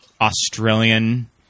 Australian